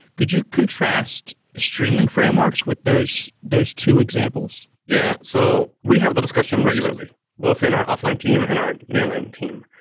could you contrast streaming frameworks with those those two examples? yeah. so we have that discussion regularly both in our offline team and our near line team,